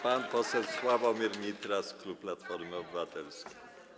Pan poseł Sławomir Nitras, klub Platforma Obywatelska.